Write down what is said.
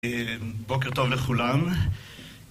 בוקר טוב לכולם